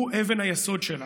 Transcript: והוא אבן היסוד שלה.